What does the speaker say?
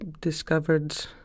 discovered